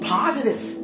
positive